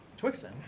Twixen